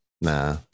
Nah